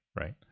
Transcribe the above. right